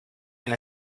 and